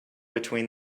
between